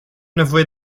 nevoie